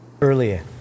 Earlier